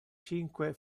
cinque